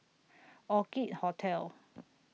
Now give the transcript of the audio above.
Orchid Hotel